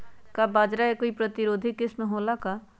का बाजरा के कोई प्रतिरोधी किस्म हो ला का?